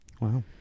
Wow